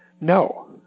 no